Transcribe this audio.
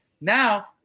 Now